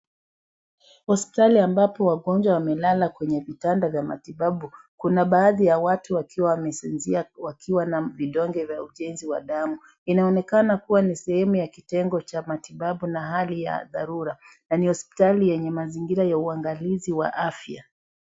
Hospitali ambapo wagonjwa wamelala kwenye vitanda vya matibabu. Kuna baadhi ya watu wakiwa wamesinzia wakiwa na vidonge vya ujenzi wa damu. Inaonekana kuwa ni sehemu ya kitengo cha matibabu na hali ya dharura na ni hospitali yenye mazingira ya uangalizi wa afya.